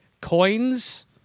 Coins